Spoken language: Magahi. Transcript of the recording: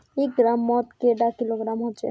एक ग्राम मौत कैडा किलोग्राम होचे?